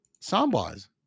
soundbars